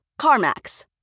CarMax